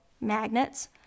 Magnets